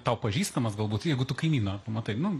tau pažįstamas galbūt jeigu tu kaimyną pamatai nu